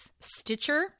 Stitcher